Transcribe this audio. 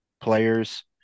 players